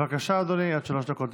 בבקשה, אדוני, עד שלוש דקות לרשותך.